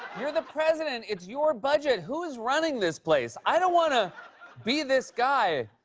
you're the president. it's your budget. who's running this place? i don't want to be this guy,